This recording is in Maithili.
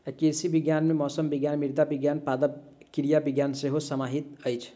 कृषि विज्ञान मे मौसम विज्ञान, मृदा विज्ञान, पादप क्रिया विज्ञान सेहो समाहित अछि